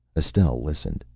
estelle listened,